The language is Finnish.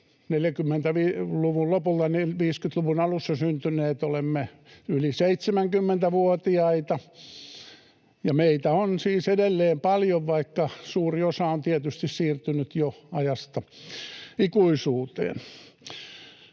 40-luvun lopulla ja 50-luvun alussa syntyneet, olemme yli 70-vuotiaita, ja meitä on siis edelleen paljon, vaikka suuri osa on tietysti siirtynyt jo ajasta ikuisuuteen.